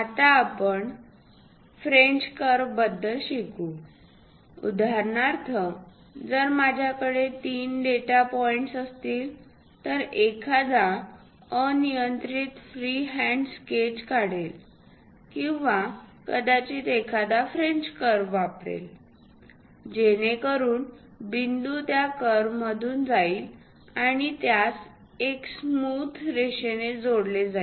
आता आपण French curve बद्दल शिकू उदाहरणार्थ जर माझ्याकडे तीन डेटा पॉईंट्स असतील तर एखादा अनियंत्रित फ्रीहँड स्केच काढेल किंवा कदाचित एखादा फ्रेंच कर्व वापरेल जेणेकरून बिंदू त्या कर्वमधून जाईल आणि त्यास एका स्मूथ रेषाने जोडेल